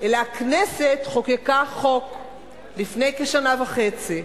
אלא הכנסת חוקקה חוק לפני כשנה וחצי,